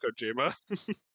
Kojima